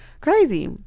crazy